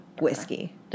Whiskey